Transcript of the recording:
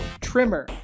trimmer